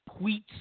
tweets